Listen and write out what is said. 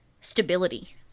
stability